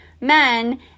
men